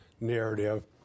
narrative